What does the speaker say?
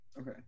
Okay